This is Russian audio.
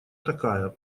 такая